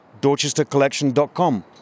DorchesterCollection.com